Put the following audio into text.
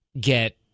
get –